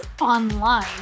online